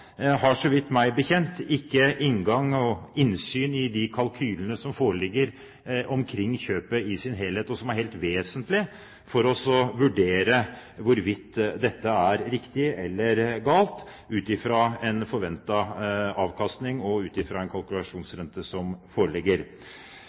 har, så vidt jeg vet, ikke innsyn i de kalkylene som foreligger omkring kjøpet i sin helhet, og som er helt vesentlig for å vurdere hvorvidt dette er riktig eller galt, ut fra en forventet avkastning og ut fra en